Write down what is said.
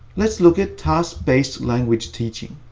let's look at task-based language teaching.